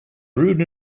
brewed